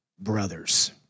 brothers